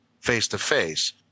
face-to-face